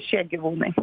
šie gyvūnai